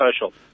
social